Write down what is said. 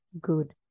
good